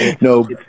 no